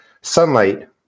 sunlight